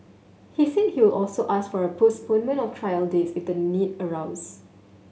he said he would also ask for a postponement of trial dates if the need arose